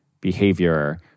behavior